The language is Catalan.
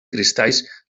cristalls